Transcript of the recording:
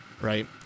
right